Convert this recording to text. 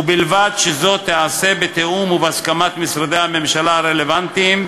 ובלבד שתיעשה בתיאום ובהסכמת משרדי הממשלה הרלוונטיים,